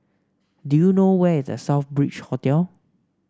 do you know where is The Southbridge Hotel